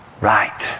Right